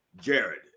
Jared